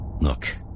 Look